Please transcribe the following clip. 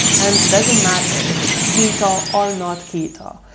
and doesn't matter, if it's keto, or not keto.